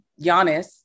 Giannis